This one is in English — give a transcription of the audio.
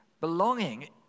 Belonging